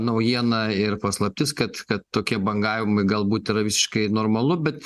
naujiena ir paslaptis kad kad tokie bangavimai galbūt yra visiškai normalu bet